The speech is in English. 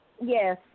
Yes